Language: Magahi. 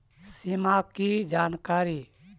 सिमा कि जानकारी?